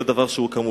זה דבר מבורך.